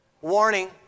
warning